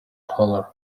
color